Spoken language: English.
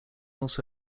also